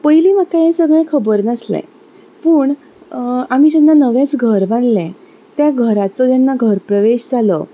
पयलीं म्हाका हें सगळें खबर नासलें पूण आमी जेन्ना नवेंच घर बांदलें त्या घराचो जेन्ना घरप्रवेश जालो